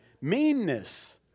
meanness